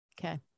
Okay